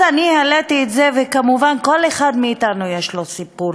אז העליתי את זה, וכמובן, לכל אחד מאתנו יש סיפור